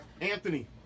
Anthony